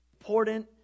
important